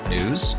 News